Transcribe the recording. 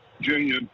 junior